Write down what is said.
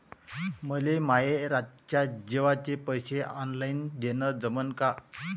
मले माये रातच्या जेवाचे पैसे ऑनलाईन देणं जमन का?